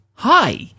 Hi